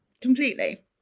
completely